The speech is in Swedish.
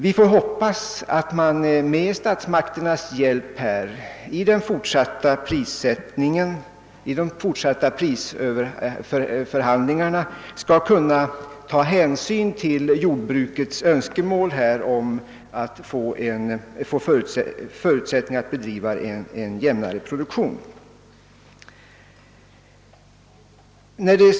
Vi får hoppas att man i de kommande prisförhandlingarna med statsmakterna skall kunna ta hänsyn till jordbrukets önskemål om att förutsättningar skapas att bedriva en jämnare produktion.